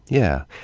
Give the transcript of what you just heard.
yeah.